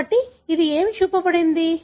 కాబట్టి అది ఏమి చూపబడింది